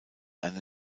eine